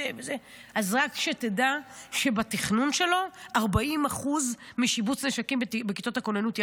אז רק שתדע שבתכנון שלו 40% משיבוץ הנשקים בכיתות הכוננות ירד.